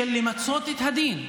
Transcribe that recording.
של למצות את הדין.